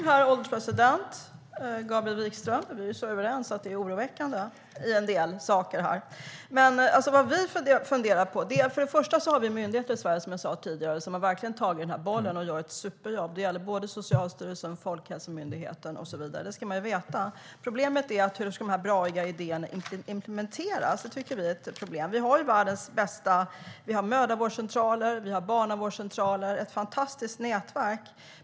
Herr ålderspresident! Vi är så överens att det är oroväckande när det gäller en del saker här, Gabriel Wikström. Vi har, som jag sa tidigare, myndigheter i Sverige som verkligen har tagit den här bollen och gör ett superjobb. Det gäller Socialstyrelsen, Folkhälsomyndigheten och så vidare. Det ska man veta. Problemet är: Hur ska de bra idéerna implementeras? Det tycker vi är ett problem. Vi har mödravårdscentraler, barnavårdscentraler och ett fantastiskt nätverk.